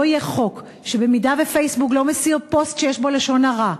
יהיה חוק שאם פייסבוק לא מסיר פוסט שיש בו לשון הרע,